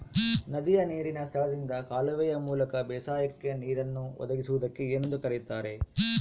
ನದಿಯ ನೇರಿನ ಸ್ಥಳದಿಂದ ಕಾಲುವೆಯ ಮೂಲಕ ಬೇಸಾಯಕ್ಕೆ ನೇರನ್ನು ಒದಗಿಸುವುದಕ್ಕೆ ಏನೆಂದು ಕರೆಯುತ್ತಾರೆ?